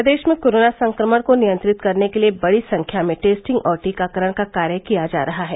प्रदेश में कोरोना संक्रमण को नियंत्रित करने के लिये बड़ी संख्या में टेस्टिंग और टीकाकरण का कार्य किया जा रहा है